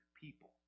people